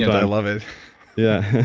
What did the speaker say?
i love it yeah.